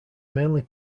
mainly